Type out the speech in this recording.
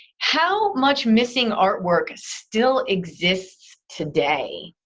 how much missing artwork still exists today?